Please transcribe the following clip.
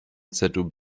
zob